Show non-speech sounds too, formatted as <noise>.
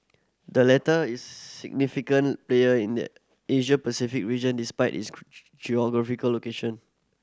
the latter is a significant player in the Asia Pacific region despite its <unintelligible> geographical location